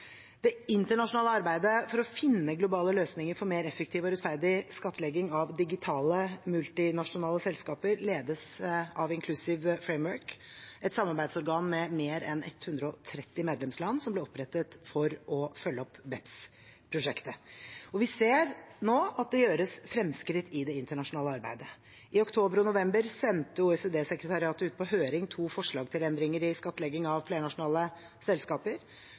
Det internasjonale arbeidet for å finne globale løsninger for mer effektiv og rettferdig skattlegging av digitale, multinasjonale selskaper ledes av Inclusive Framework, et samarbeidsorgan med mer enn 130 medlemsland som ble opprettet for å følge opp BEPS-prosjektet. Vi ser nå at det gjøres fremskritt i det internasjonale arbeidet. I oktober og november sendte OECD-sekretariatet ut på høring to forslag til endringer i skattlegging av flernasjonale selskaper.